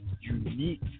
unique